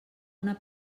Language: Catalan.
una